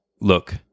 look